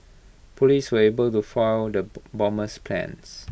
Police were able to foil the bomber's plans